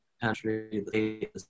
country